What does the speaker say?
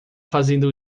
fazendo